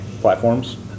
Platforms